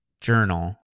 Journal